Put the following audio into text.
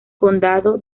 condado